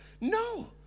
no